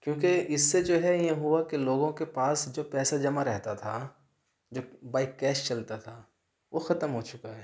کیوں کہ اِس سے جو ہے یہ ہُوا کہ لوگوں کے پاس جو پیسہ جمع رہتا تھا جو بائی کیش چلتا تھا وہ ختم ہو چُکا ہے